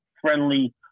friendly